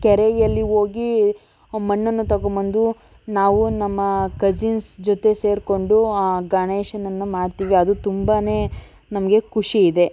ಕೆರೆಯಲ್ಲಿ ಹೋಗಿ ಮಣ್ಣನ್ನು ತಗೊಂಬಂದು ನಾವು ನಮ್ಮ ಕಸಿನ್ಸ್ ಜೊತೆ ಸೇರಿಕೊಂಡು ಗಣೇಶನನ್ನು ಮಾಡ್ತೀವಿ ಅದು ತುಂಬಾ ನಮಗೆ ಖುಷಿಯಿದೆ